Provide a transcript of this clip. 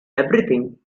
everything